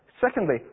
Secondly